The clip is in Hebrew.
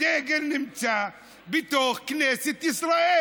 הדגל נמצא בתוך כנסת ישראל.